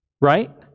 Right